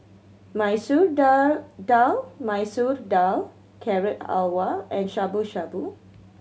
Masoor Dal Dal Masoor Dal Carrot Halwa and Shabu Shabu